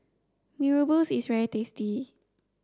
Mee Rebus is very tasty